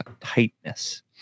tightness